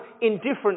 indifferent